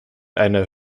einer